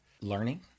learning